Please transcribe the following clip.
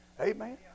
Amen